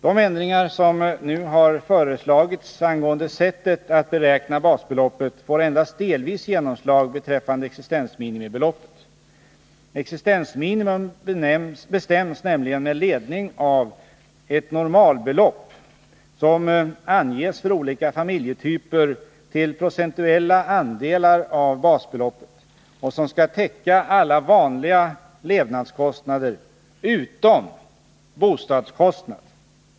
De ändringar som nu har föreslagits angående sättet att beräkna basbeloppet får endast delvis genomslag beträffande existensminimibeloppet. Existensminimum bestäms nämligen med ledning av ett normalbelopp som anges för olika familjetyper till procentuella andelar av basbeloppet och som skall täcka alla vanliga levnadskostnader utom bostadskostnad.